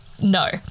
no